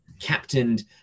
captained